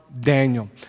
Daniel